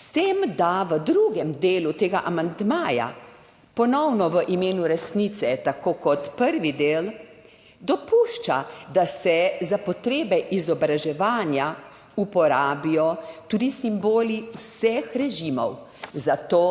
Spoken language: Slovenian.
S tem, da v drugem delu tega amandmaja, ponovno v imenu resnice, tako kot prvi del dopušča, da se za potrebe izobraževanja uporabijo tudi simboli vseh režimov, zato